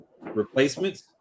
replacements